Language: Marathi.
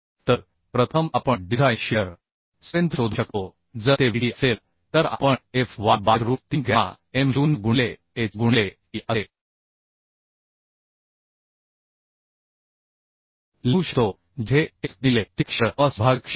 तर प्रथम आपण डिझाइन शिअर स्ट्रेंथ शोधू शकतो जर ते Vd असेल तर आपण Fy by root 3 gamma m 0 गुणिले h गुणिले टी असे लिहू शकतो जेथे h गुणिले t हे क्षेत्र क्रॉस विभागीय क्षेत्र आहे